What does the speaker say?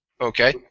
Okay